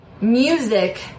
Music